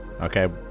Okay